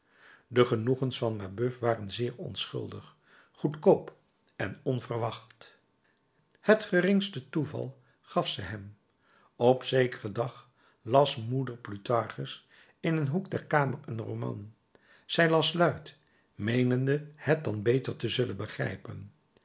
de genoegens van mabeuf waren zeer onschuldig goedkoop en onverwacht het geringste toeval gaf ze hem op zekeren dag las moeder plutarchus in een hoek der kamer een roman zij las luid meenende het dan beter te zullen begrijpen